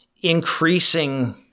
increasing